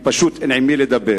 כי פשוט אין עם מי לדבר.